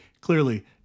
Clearly